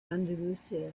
andalusia